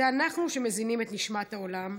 זה אנחנו שמזינים את נשמת העולם,